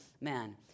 Man